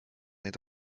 neid